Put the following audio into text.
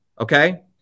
Okay